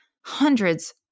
hundreds